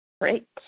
Great